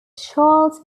charles